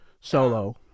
Solo